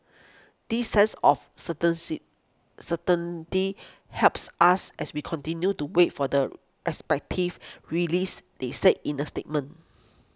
this sense of certainty helps us as we continue to wait for the respective releases they said in a statement